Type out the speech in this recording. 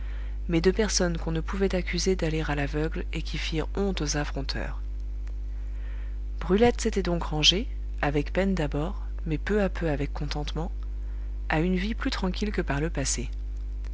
mais de personnes qu'on ne pouvait accuser d'aller à l'aveugle et qui firent honte aux affronteurs brulette s'était donc rangée avec peine d'abord mais peu à peu avec contentement à une vie plus tranquille que par le passé